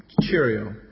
Cheerio